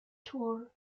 tour